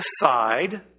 aside